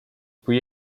pre